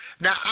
Now